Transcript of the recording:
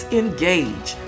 engage